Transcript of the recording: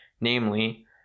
namely